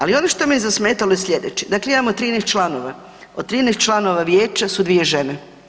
Ali ono što me je zasmetalo je sljedeće, dakle imamo 13 članova, od 13 članova vijeća su dvije žene.